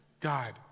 God